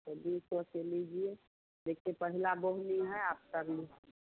तो दो सौ के लीजिए देखिए पहली बोहनी है आपका करिए